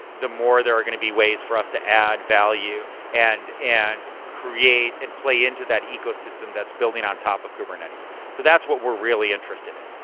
the more there are going to be ways for us to add value and and create and play into that ecosystem that's building on top of kubernetes. so that's what we're really interested in.